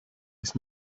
his